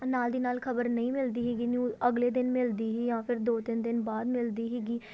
ਨਾਲ ਦੀ ਨਾਲ ਖਬਰ ਨਹੀਂ ਮਿਲਦੀ ਸੀਗੀ ਨਿਊ ਅਗਲੇ ਦਿਨ ਮਿਲਦੀ ਹੀ ਹਾਂ ਫੇਰ ਦੋ ਤਿੰਨ ਦਿਨ ਬਾਅਦ ਮਿਲਦੀ ਸੀਗੀ